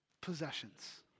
possessions